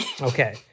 Okay